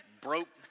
broke